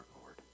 Lord